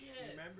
remember